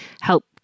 help